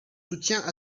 soutiens